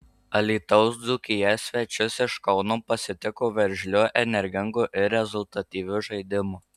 alytaus dzūkija svečius iš kauno pasitiko veržliu energingu ir rezultatyviu žaidimu